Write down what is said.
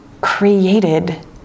created